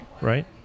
Right